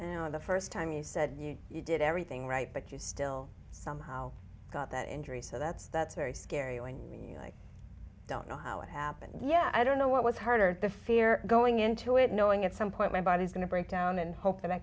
fun you know the first time you said you did everything right but you still somehow got that injury so that's that's very scary when you don't know how it happened yeah i don't know what was harder the fear going into it knowing at some point my body's going to break down and hope that i